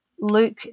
Luke